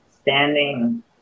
standing